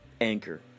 Anchor